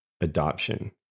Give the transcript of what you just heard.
adoption